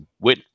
win